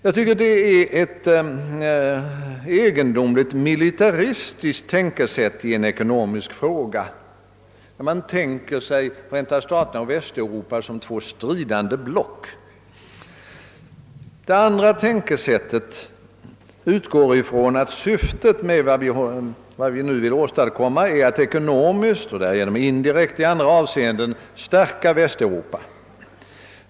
Jag tycker att det är ett egendomligt militaristiskt tänkesätt i en ekonomisk fråga, när man föreställer sig Förenta staterna och Västeuropa som två stridande block. Det andra betraktelsesättet utgår från att syftet med vad vi nu vill åstadkomma är att ekonomiskt och därigenom indirekt i andra avseenden stärka Västeuropa.